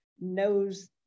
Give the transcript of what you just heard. knows